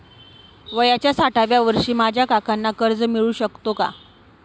वयाच्या साठाव्या वर्षी माझ्या काकांना कर्ज मिळू शकतो का?